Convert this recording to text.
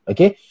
Okay